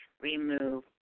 remove